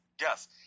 Yes